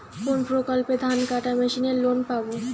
কোন প্রকল্পে ধানকাটা মেশিনের লোন পাব?